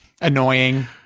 annoying